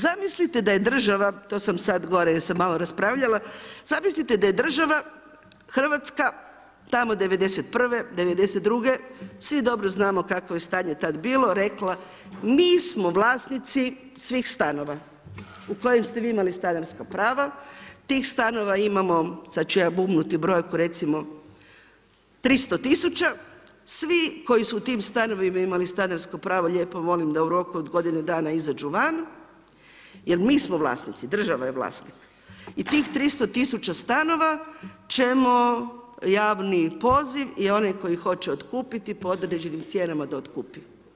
Zamislite da je država, to sam sada gore jer sam malo raspravljala, zamislite da je država Hrvatska tamo '91., '92., svi dobro znamo kakvo je stanje tad bilo rekla mi smo vlasnici svih stanova u kojem ste vi imali stanarska prava, tih stanova imamo, sad ću ja bubnuti brojku recimo 300 tisuća, svi koji su u tim stanovima imali stanarsko pravo lijepo molim da u roku od godine dana izađu van jel mi smo vlasnici, država je vlasnik i tih 300 tisuća stanova ćemo javni poziv i oni koji hoće otkupiti po određenim cijenama da otkupi.